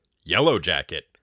Yellowjacket